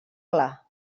clar